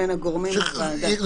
בין הגורמים לוועדה.